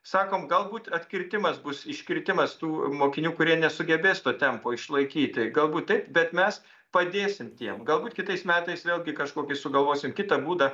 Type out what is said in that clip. sakom galbūt atkirtimas bus iškritimas tų mokinių kurie nesugebės to tempo išlaikyti galbūt taip bet mes padėsim tiem galbūt kitais metais vėlgi kažkokį sugalvosim kitą būdą